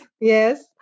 Yes